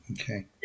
Okay